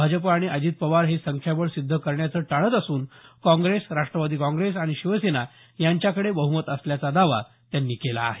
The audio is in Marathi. भाजप आणि अजित पवार हे संख्याबळ सिद्ध करण्याचं टाळत असून काँग्रेस राष्ट्रवादी काँग्रेस आणि शिवसेना यांच्याकडे बहमत असल्याचा दावा त्यांनी केला आहे